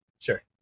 sure